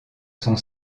son